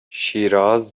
شیراز